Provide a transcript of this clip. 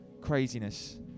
craziness